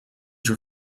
your